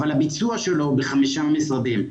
אבל הביצוע שלו הוא בחמישה משרדים.